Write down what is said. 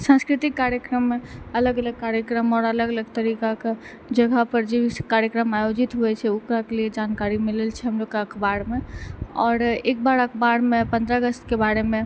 सांस्कृतिक कार्यक्रम मे अलग अलग कार्यक्रम आओर अलग अलग तरीका के जगह पर जिस कार्यक्रम आयोजित होइ छै ओकरा के लिए जानकारी मिलल छै हमलोग के अखबार मे आओर एकबार अखबार मे पन्द्रह अगस्त के बारे मे